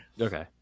Okay